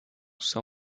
são